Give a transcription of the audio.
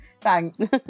Thanks